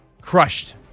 crushed